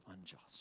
unjust